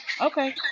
Okay